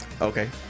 Okay